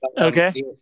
Okay